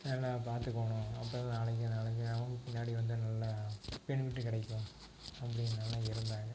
நல்லா பாத்துக்கணும் அப்போ தான் நாளைக்கு நாளைக்கு நமக்கு பின்னாடி வந்து நல்லா பெனிஃபிட்டு கிடைக்கும் அப்படின்னு எல்லாம் இருந்தாங்க